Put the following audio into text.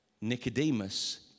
Nicodemus